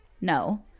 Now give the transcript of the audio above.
No